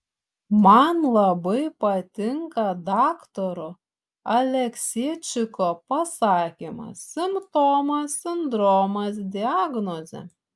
man labai patinka daktaro alekseičiko pasakymas simptomas sindromas diagnozė